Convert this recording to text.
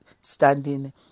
standing